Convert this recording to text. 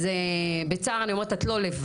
אז בצער אני אומרת, את לא לבד.